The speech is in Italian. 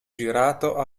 girato